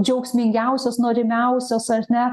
džiaugsmingiausios norimiausios ar ne